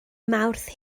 mawrth